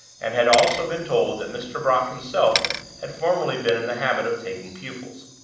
and had also been told that mr. brock himself had formerly been in the habit of taking pupils.